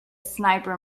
sniper